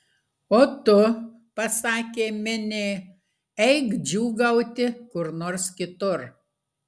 o tu pasakė minė eik džiūgauti kur nors kitur